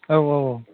औ औ औ